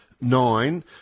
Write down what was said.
nine